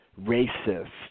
racist